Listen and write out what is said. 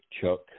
Chuck